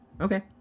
Okay